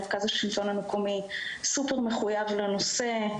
מרכז השלטון המקומי סופר מחויב לנושא.